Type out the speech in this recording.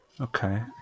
Okay